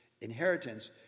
inheritance